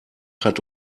hat